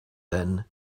then